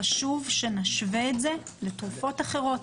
חשוב שנשווה את זה לתרופות אחרות.